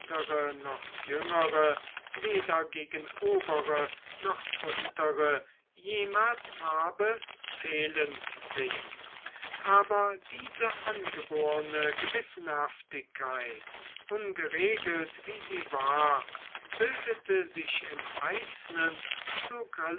noch jüngere weder gegen obere noch untere jemals habe fehlen sehen aber diese angeborne gewissenhaftigkeit ungeregelt wie sie war bildete sich im einzelnen